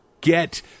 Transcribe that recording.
get